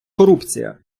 корупція